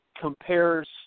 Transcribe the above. compares